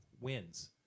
wins